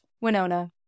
Winona